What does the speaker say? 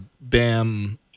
Bam